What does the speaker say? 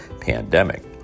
pandemic